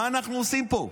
מה אנחנו עושים פה?